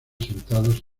sentados